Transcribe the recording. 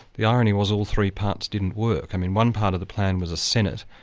the irony was all three parts didn't work. i mean one part of the plan was a senate,